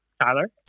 Tyler